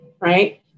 right